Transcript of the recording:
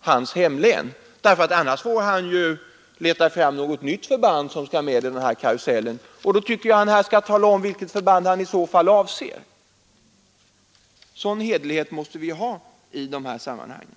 hans hemlän, annars får man leta fram något nytt förband som skall med i den här karusellen. Då tycker jag att herr Korpås i så fall får tala om vilket förband han avser. En sådan hederlighet måste vi ha i det här sammanhanget.